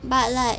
but like